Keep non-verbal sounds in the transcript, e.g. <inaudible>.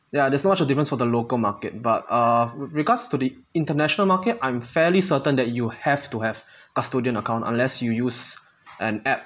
ya there's not much of a difference for the local market but uh with regards to the international market I'm fairly certain that you have to have <breath> custodian account unless you use an app